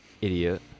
idiot